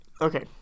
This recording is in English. okay